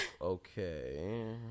okay